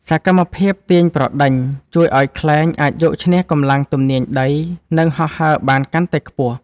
សកម្មភាព ទាញប្រដេញ ជួយឱ្យខ្លែងអាចយកឈ្នះកម្លាំងទំនាញដី និងហោះហើរបានកាន់តែខ្ពស់។